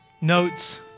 notes